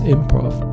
Improv